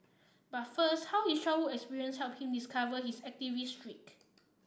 but first how his childhood experiences helped him discover his activist streak